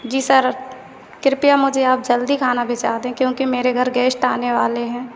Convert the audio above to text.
जी sir कृपया मुझे आप जल्दी खाना भेजा दें क्योंकि मेरे गेस्ट आने वाले हैं